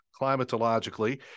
climatologically